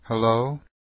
hello